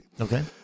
Okay